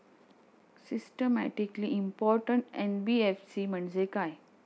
Systematically important NBFC म्हणजे काय?